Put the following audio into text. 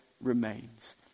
remains